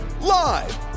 live